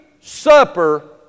supper